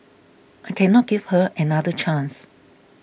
I cannot give her another chance